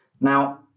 Now